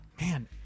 Man